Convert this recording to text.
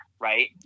right